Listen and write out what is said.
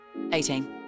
18